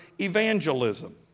evangelism